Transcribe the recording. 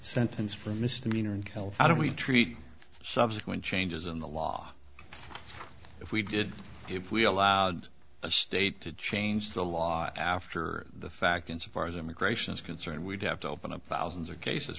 sentence for a misdemeanor and health how do we treat the subsequent changes in the law if we did if we allowed a state to change the law after the fact insofar as immigration is concerned we'd have to open up thousands of cases